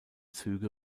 züge